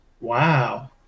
Wow